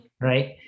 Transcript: right